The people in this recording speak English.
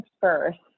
first